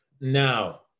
Now